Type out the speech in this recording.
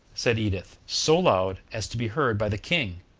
said edith, so loud, as to be heard by the king,